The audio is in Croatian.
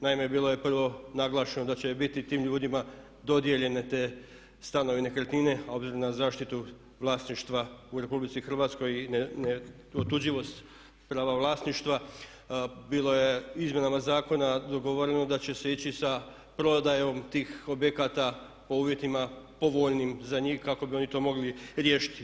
Naime, bilo je prvo naglašeno da će biti tim ljudima dodijeljeni ti stanovi i nekretnine, a obzirom na zaštitu vlasništva u RH i neotuđivost prava vlasništva bilo je izmjenama zakona dogovoreno da će se ići sa prodajom tih objekata pod uvjetima povoljnim za njih kako bi oni to mogli riješiti.